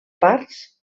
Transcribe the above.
fars